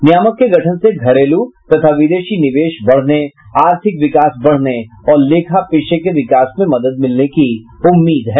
नियामक के गठन से घरेलू तथा विदेशी निवेश बढ़ने आर्थिक विकास बढ़ने और लेखा पेशे के विकास में मदद मिलने की उम्मीद है